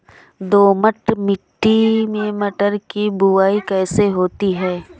दोमट मिट्टी में मटर की बुवाई कैसे होती है?